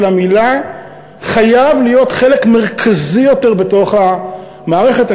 המילה חייב להיות חלק מרכזי יותר בתוך המערכת.